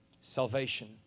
salvation